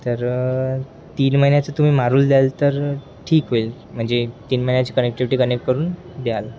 तरं तीन महिन्याचं तुम्ही मारूल द्याल तर ठीक होईल म्हणजे तीन महिन्याची कनेक्टिव्हिटी कनेक्ट करून द्याल